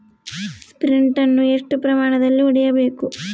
Sprint ಅನ್ನು ಎಷ್ಟು ಪ್ರಮಾಣದಲ್ಲಿ ಹೊಡೆಯಬೇಕು?